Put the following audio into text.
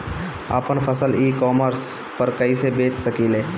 आपन फसल e commerce पर कईसे बेच सकिले?